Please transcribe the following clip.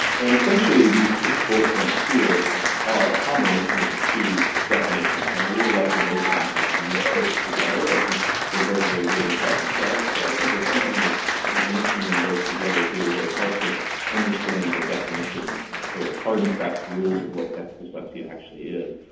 and essentially the six bullet points here are a combination of the two definitions. and i really like the both of them kind of mixed mixed together. i think they're both very good and by themselves, but i think the thinking of yeah of mixing them both together here really helps us understand the definition or the hard and fast rules of what dyslexia actually is.